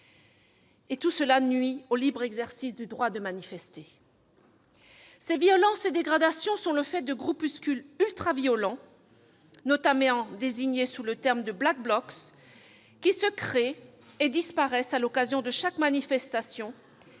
qui nuisent au libre exercice du droit de manifester. Ces violences et ces dégradations sont le fait de groupuscules ultra-violents, notamment désignés sous le terme de Black Blocs, qui se créent et disparaissent à l'occasion de chaque manifestation.